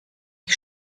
ich